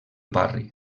barri